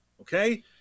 okay